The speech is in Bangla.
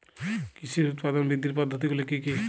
কৃষির উৎপাদন বৃদ্ধির পদ্ধতিগুলি কী কী?